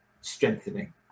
strengthening